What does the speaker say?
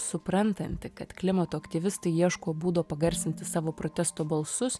suprantanti kad klimato aktyvistai ieško būdo pagarsinti savo protesto balsus